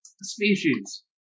Species